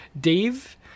Dave